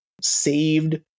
saved